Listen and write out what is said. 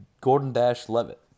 Gordon-Levitt